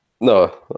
No